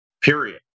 period